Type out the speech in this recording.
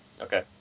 Okay